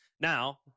Now